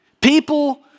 people